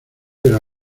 pero